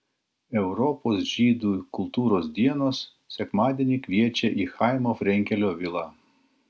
europos žydų kultūros dienos sekmadienį kviečia į chaimo frenkelio vilą